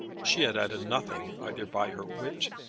she had added nothing either by her wit,